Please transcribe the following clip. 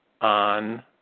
on